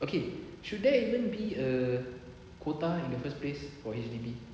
okay should there even be a quota in the first place for H_D_B